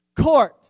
court